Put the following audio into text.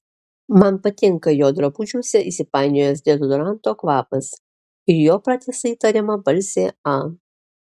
man patinka jo drabužiuose įsipainiojęs dezodoranto kvapas ir jo pratisai tariama balsė a